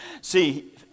See